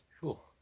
Cool